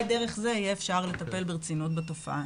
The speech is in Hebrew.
דרך זה יהיה אפשר לטפל ברצינות בתופעה.